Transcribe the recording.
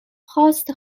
خواست